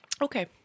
Okay